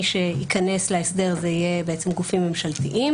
מי שייכנס להסדר זה יהיה גופים ממשלתיים